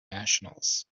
nationals